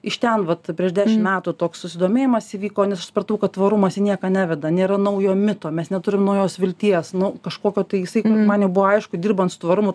iš ten vat prieš dešimt metų toks susidomėjimas įvyko nes aš supratau kad tvarumas į nieką neveda nėra naujo mito mes neturim naujos vilties nuo kažkokio tai saiko man jau buvo aišku dirbant su tvarumu